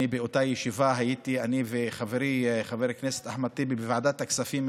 באותה ישיבה היינו אני וחברי חבר הכנסת אחמד טיבי בוועדת הכספים,